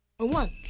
one